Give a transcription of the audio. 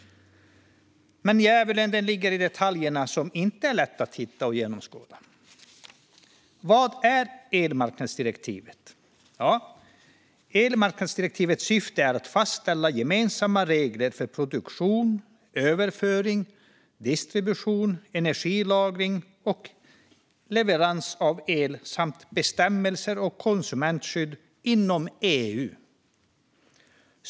Djävulen ligger dock i detaljerna, som inte är lätta att hitta och genomskåda. Vad är elmarknadsdirektivet? Elmarknadsdirektivets syfte är att fastställa gemensamma regler för produktion, överföring, distribution, energilagring och leverans av el samt bestämmelser om konsumentskydd inom EU.